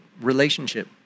relationship